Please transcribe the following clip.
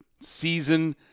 season